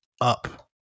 up